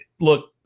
look